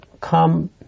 come